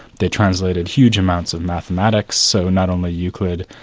they translated huge amounts of mathematics, so not only euclid,